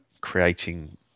creating